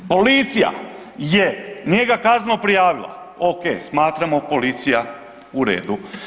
Policija je njega kazneno prijavila, okej, smatramo policija u redu.